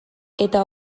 eta